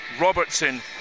Robertson